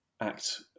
act